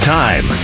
time